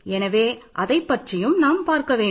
எனவே அதைப் பற்றியும் பார்க்க வேண்டும்